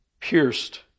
pierced